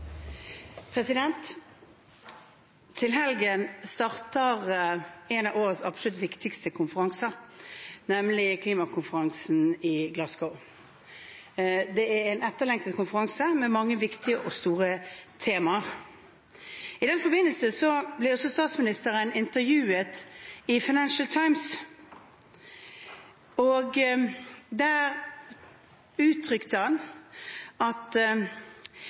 Til helgen starter en av årets absolutt viktigste konferanser, nemlig klimakonferansen i Glasgow. Det er en etterlengtet konferanse med mange viktige og store temaer. I den forbindelse ble statsministeren intervjuet i Financial Times, og der uttrykte han at